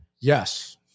Yes